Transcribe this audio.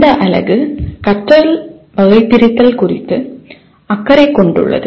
இந்த அலகு கற்றல் வகைபிரித்தல் குறித்து அக்கறை கொண்டுள்ளது